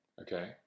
Okay